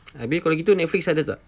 habis kalau gitu netflix ada tak